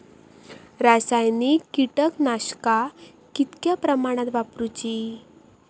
रासायनिक कीटकनाशका कितक्या प्रमाणात वापरूची?